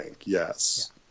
yes